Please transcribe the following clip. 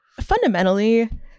Fundamentally